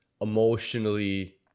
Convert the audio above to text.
emotionally